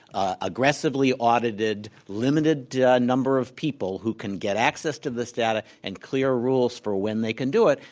ah aggressively audited, limited number of people who can get access to this data, and clear rules for when they can do it.